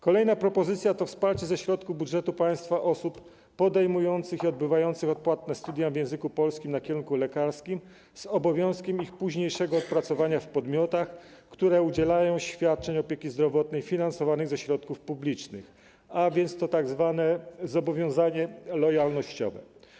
Kolejna propozycja to wsparcie ze środków budżetu państwa osób podejmujących i odbywających odpłatne studia w języku polskim na kierunku lekarskim z obowiązkiem ich późniejszego odpracowania w podmiotach, które udzielają świadczeń opieki zdrowotnej finansowanych ze środków publicznych, a więc to tzw. zobowiązanie lojalnościowe.